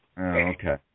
Okay